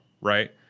Right